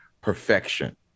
perfection